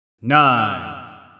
Nine